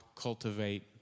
cultivate